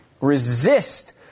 resist